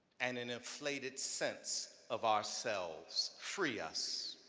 and an inflated sense of ourselves, free us.